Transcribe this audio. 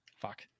fuck